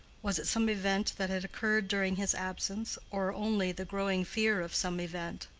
was it some event that had occurred during his absence, or only the growing fear of some event?